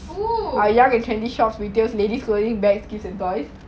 oh